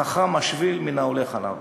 "חכם השביל מן ההולך עליו".